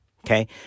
Okay